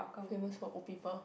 famous for old people